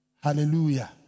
Hallelujah